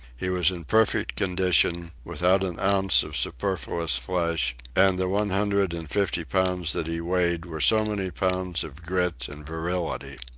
he was in perfect condition, without an ounce of superfluous flesh, and the one hundred and fifty pounds that he weighed were so many pounds of grit and virility.